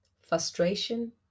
frustration